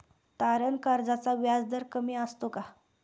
तारण कर्जाचा व्याजदर कमी असतो का?